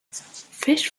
fish